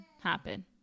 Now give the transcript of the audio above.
happen